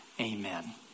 amen